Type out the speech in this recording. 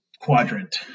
quadrant